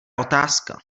otázka